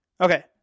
Okay